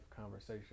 conversation